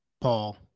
Paul